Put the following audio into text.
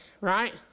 Right